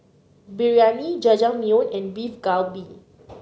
Biryani Jajangmyeon and Beef Galbi